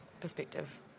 perspective